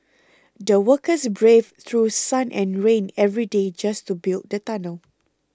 the workers braved through sun and rain every day just to build the tunnel